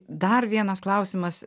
dar vienas klausimas